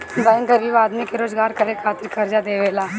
bank गरीब आदमी के रोजगार करे खातिर कर्जा देवेला